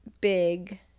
big